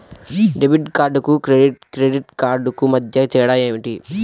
Debit కార్డుకు credit credit కార్డుకు మధ్య తేడా ఏమిటీ?